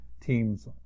teams